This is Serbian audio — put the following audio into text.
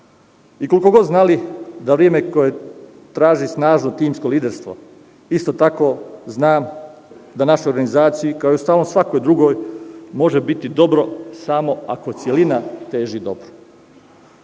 Koliko god znali da se traži snažno timsko liderstvo, isto tako znam da našoj organizaciji kao i svakoj drugoj može biti dobro samo ako celina teži dobro.